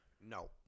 No